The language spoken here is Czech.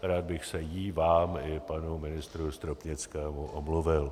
Rád bych se jí, vám i panu ministrovi Stropnickému omluvil.